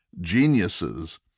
geniuses